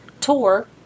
tour